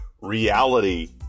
reality